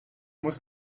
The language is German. muss